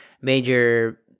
major